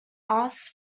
asks